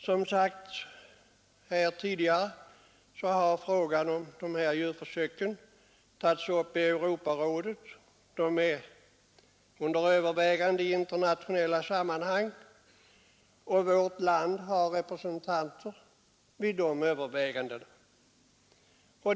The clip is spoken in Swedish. Som sagts här tidigare har frågan om dessa djurförsök tagits upp i Europarådet. Saken är alltså under övervägande i internationella sammanhang, och vårt land har representanter vid dessa överväganden.